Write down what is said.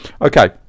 Okay